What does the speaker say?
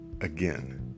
again